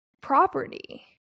property